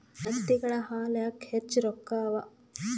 ಕತ್ತೆಗಳ ಹಾಲ ಯಾಕ ಹೆಚ್ಚ ರೊಕ್ಕ ಅವಾ?